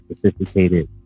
sophisticated